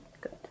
Good